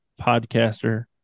podcaster